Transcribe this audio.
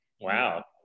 wow